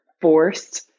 forced